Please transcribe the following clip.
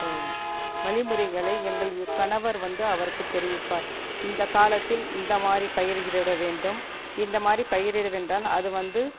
வழிமுறைகளை எங்கள் கணவர் வந்து அவருக்கு தெரிவிப்பார் இந்த காலத்தில் இந்த மாதிரி பயிரிட வேண்டும் இந்த மாதிரி பயிரிடவென்றால் அது வந்து